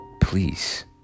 Please